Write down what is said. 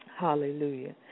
Hallelujah